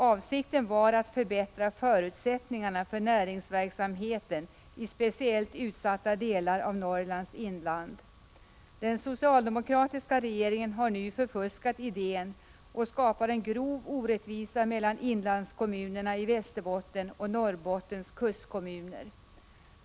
Avsikten var att förbättra förutsättningarna för näringsverksamheten i speciellt utsatta delar av Norrlands inland. Den socialdemokratiska regeringen har nu förfuskat idén och skapar en grov orättvisa mellan inlandskommunerna i Västerbottens och Norrbottens kustkommuner.